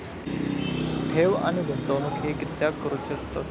ठेव आणि गुंतवणूक हे कित्याक करुचे असतत?